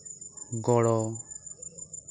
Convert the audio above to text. ᱜᱚᱲᱚ